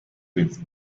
with